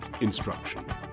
instruction